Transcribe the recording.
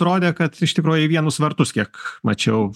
rodė kad iš tikrųjų į vienus vartus kiek mačiau